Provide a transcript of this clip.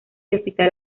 hospital